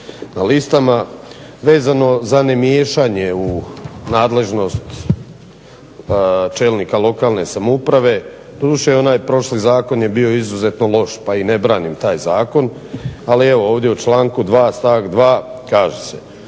na listama, vezano za nemiješanje u nadležnost čelnika lokalne samouprave. Doduše onaj prošli zakon je bio izuzetno loš pa i ne branim taj zakon, ali evo ovdje u članku 2. stavak 2. kaže se,